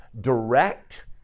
direct